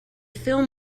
film